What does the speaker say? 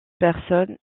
personnes